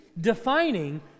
defining